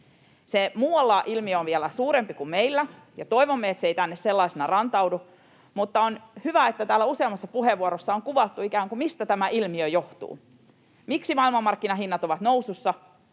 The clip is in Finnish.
Muualla se ilmiö on vielä suurempi kuin meillä, ja toivomme, että se ei tänne sellaisenaan rantaudu, mutta on hyvä, että täällä useammassa puheenvuorossa on ikään kuin kuvattu, mistä tämä ilmiö johtuu. Miksi maailmanmarkkinahinnat ovat nousussa?